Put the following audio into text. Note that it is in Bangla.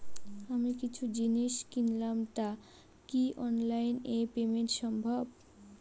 আমি কিছু জিনিস কিনলাম টা কি অনলাইন এ পেমেন্ট সম্বভ?